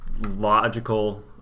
logical